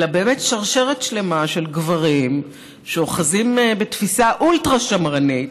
אלא באמת שרשרת שלמה של גברים שאוחזים בתפיסה אולטרה-שמרנית,